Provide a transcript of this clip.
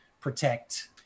protect